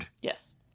Yes